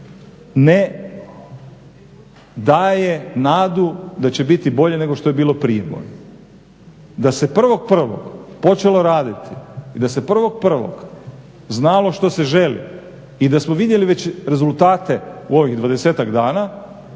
Ne daje nadu da će biti bolje nego što je bilo prije bolje. Da se 1.1. počelo raditi i da se 1.1. znalo što se želi i da smo vidjeli već rezultate u ovih dvadesetak